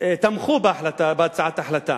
תמכו בהצעת ההחלטה.